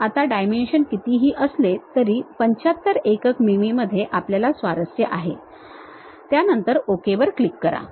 आता डायमेन्शन कितीही असेल तरी 75 एकक मिमी मध्ये आपल्याला स्वारस्य आहे त्या नंतर ओके वर क्लिक करा